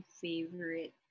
favorite